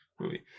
Movie